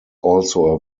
also